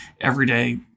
everyday